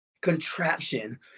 contraption